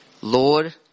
Lord